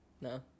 no